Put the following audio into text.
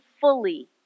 fully